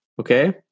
okay